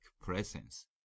presence